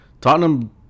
Tottenham